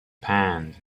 panned